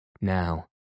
Now